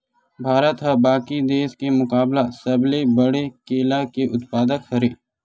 भारत हा बाकि देस के मुकाबला सबले बड़े केला के उत्पादक हरे